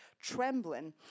trembling